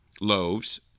loaves